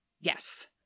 Yes